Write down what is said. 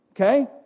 Okay